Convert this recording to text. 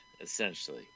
essentially